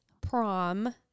prom